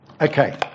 Okay